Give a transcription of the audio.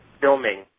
filming